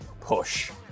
push